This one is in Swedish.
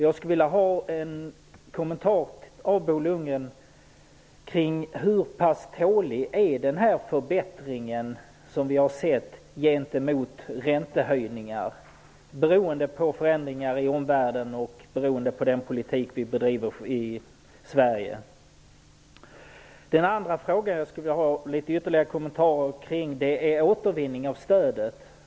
Jag skulle vilja ha en kommentar av Bo Lundgren kring hur trolig den förbättring är som vi sett i fråga om räntehöjningar beroende på förändringar i omvärlden och beroende på den politik som bedrivs i Sverige. Den andra fråga som jag skulle vilja ha ytterligare kommentarer kring är återvinning av bankstödet.